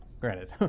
Granted